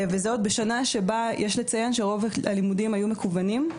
וזאת בשנה שבה יש לציין שרוב הלימודים היו מקוונים.